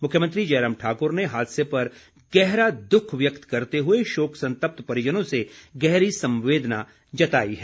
मुख्यमंत्री जयराम ठाकुर ने हादसे पर गहरा द्ख व्यक्त करते हुए शोक संतप्त परिजनों से गहरी संवेदना जताई है